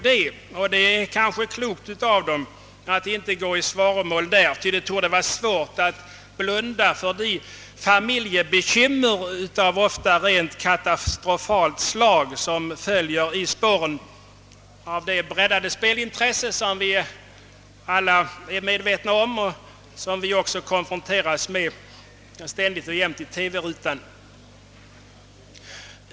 Det kanske är klokt av utskottet att inte inlåta sig på svaromål, ty det torde vara svårt att blunda för de familjebekymmer av ofta rent katastrofalt slag som följer i spåren av det breddade spelintresse, som vi i TV rutan ständigt påminnes om.